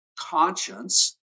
conscience